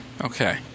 okay